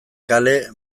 kale